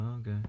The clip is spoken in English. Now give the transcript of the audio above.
Okay